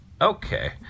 Okay